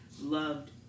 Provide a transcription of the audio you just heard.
loved